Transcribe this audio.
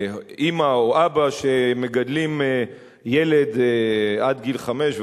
לאמא או אבא שמגדלים ילד עד גיל חמש,